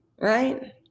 right